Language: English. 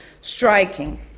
striking